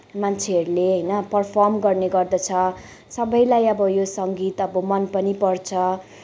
मान्छेहरूले होइन पर्फर्म गर्ने गर्दछ सबैलाई अब यो सङ्गीत अब मन पनि पर्छ